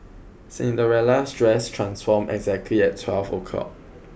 Cinderella's dress transformed exactly at twelve O' clock